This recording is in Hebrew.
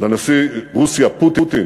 לנשיא רוסיה פוטין